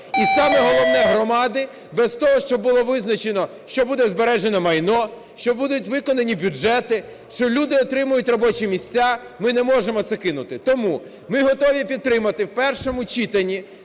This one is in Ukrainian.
і саме головне, громади без того, що було визначено, що буде збережено майно, що будуть виконані бюджети, що люди отримають робочі місця, ми не можемо це кинути. Тому ми готові підтримати в першому читанні